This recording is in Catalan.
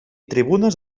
tribunes